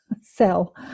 sell